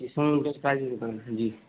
اس میں جی